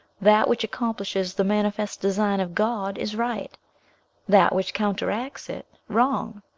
that which accomplishes the manifest design of god is right that which counteracts it, wrong.